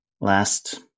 last